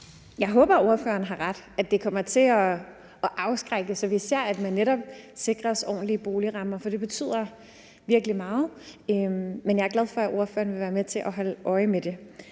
Jeg håber, at ordføreren har ret i, at det kommer til at virke afskrækkende, så vi ser, at man netop sikres ordentlige boligrammer, for det betyder virkelig meget. Men jeg er glad for, at ordføreren vil være med til at holde øje med det.